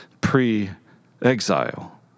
pre-exile